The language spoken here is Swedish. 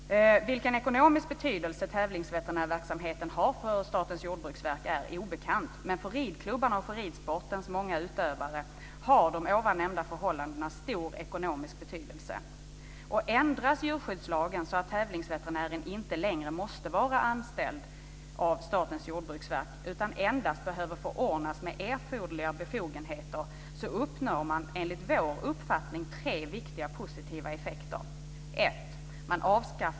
Vilken ekonomisk betydelse tävlingsveterinärsverksamheten har för SJV är obekant, men för ridklubbarna och för ridsportens många utövare har de ovannämnda förhållandena stor ekonomisk betydelse. Ändras djurskyddslagen så att tävlingsveterinären inte längre måste vara anställd av SJV, utan endast behöver förordnas med erforderliga befogenheter, uppnår man enligt vår uppfattning tre viktiga positiva effekter.